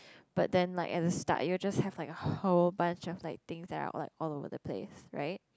but then like at the start you're just have like have a whole bunch of like things that like all over the place right